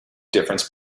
difference